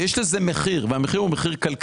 ויש לזה מחיר כלכלי.